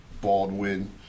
Baldwin